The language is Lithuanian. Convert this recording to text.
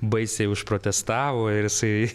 baisiai užprotestavo jisai